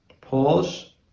Pause